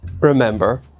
remember